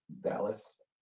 Dallas